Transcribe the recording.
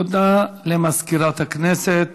תודה למזכירת הכנסת.